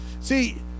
See